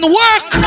work